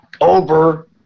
over